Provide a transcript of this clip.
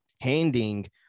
handing